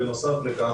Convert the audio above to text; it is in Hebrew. בנוסף לכך,